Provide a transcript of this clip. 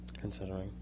considering